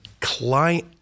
client